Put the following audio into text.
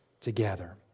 together